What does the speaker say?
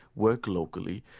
work locally,